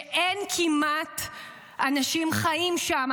שאין כמעט אנשים חיים שם,